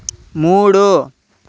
మూడు